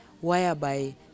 whereby